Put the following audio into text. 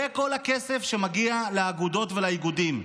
זה כל הכסף שמגיע לאגודות ולאיגודים.